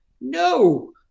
No